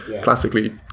classically